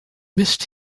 missed